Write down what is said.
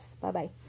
Bye-bye